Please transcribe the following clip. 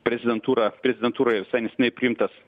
prezidentūra prezidentūroje visai neseniai priimtas